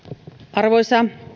arvoisa